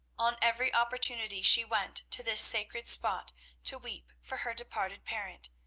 on every opportunity she went to this sacred spot to weep for her departed parent,